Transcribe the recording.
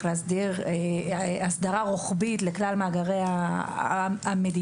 להסדיר הסדרה רוחבית לכלל מאגרי המדינה,